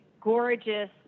gorgeous